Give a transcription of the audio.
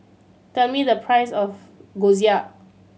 tell me the price of Gyoza